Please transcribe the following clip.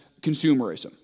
consumerism